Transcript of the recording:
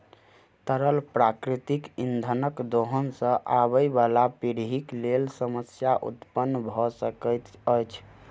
तरल प्राकृतिक इंधनक दोहन सॅ आबयबाला पीढ़ीक लेल समस्या उत्पन्न भ सकैत अछि